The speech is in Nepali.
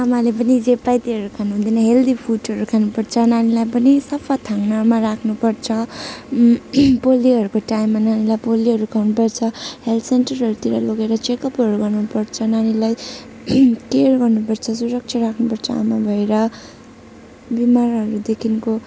आमाले पनि जे पायो त्यहीहरू खानु हुँदैन हेल्दी फुडहरू खानुपर्छ नानीलाई पनि सफा थाङ्नामा राख्नुपर्छ पोलियोहरूको टाइममा नानीलाई पोलियोहरू खुवाउनुपर्छ हेल्थ सेन्टरहरूतिर लगेर चेकअपहरू गराउनुपर्छ नानीलाई केयर गर्नुपर्छ सुरक्षा राख्नुपर्छ आमा भएर बिमारहरूदेखिन्को